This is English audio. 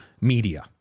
media